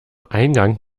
eingang